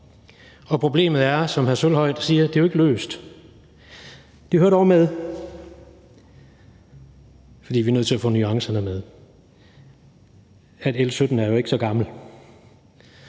Og problemet er, som hr. Jakob Sølvhøj siger, jo ikke løst. Det hører dog med – for vi er nødt til at få nuancerne med – at vedtagelsen